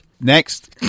Next